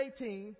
18